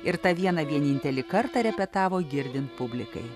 ir tą vieną vienintelį kartą repetavo girdint publikai